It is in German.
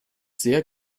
sehr